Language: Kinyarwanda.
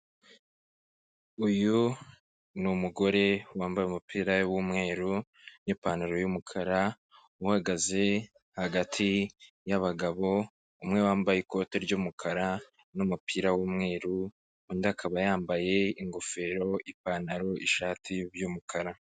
Uyu n'umugore wambaye umupira w'umweru n'ipantaro y'umukara uhagaze hagati y'abagabo, umwe wambaye ikoti ry'umukara n'umupira w'umweru, undi akaba yambaye ingofero, ipantaro, ishati, by'umukara.